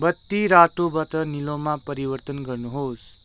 बत्ती रातोबाट निलोमा परिवर्तन गर्नुहोस्